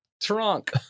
trunk